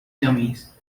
dummies